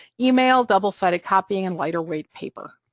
yeah e-mail, double-sided copying, and lighter weight paper.